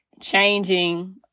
changing